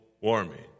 warming